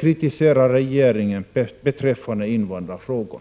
kritiserar regeringen beträffande invandrarfrågorna.